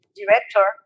director